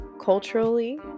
culturally